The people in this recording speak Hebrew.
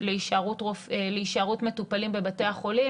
להישארות מטופלים בבתי החולים.